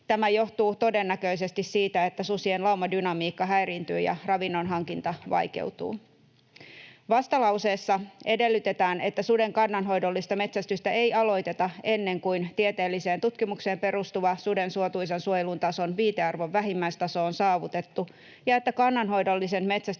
Tämä johtuu todennäköisesti siitä, että susien laumadynamiikka häiriintyy ja ravinnonhankinta vaikeutuu. Vastalauseessa edellytetään, että suden kannanhoidollista metsästystä ei aloiteta ennen kuin tieteelliseen tutkimukseen perustuva suden suotuisan suojelun tason viitearvon vähimmäistaso on saavutettu ja että kannanhoidollisen metsästyksen